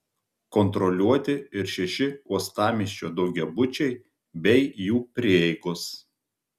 kontroliuoti ir šeši uostamiesčio daugiabučiai bei jų prieigos